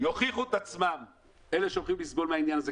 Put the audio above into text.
יוכיחו את עצמם אלה שהולכים לסבול מהעניין הזה,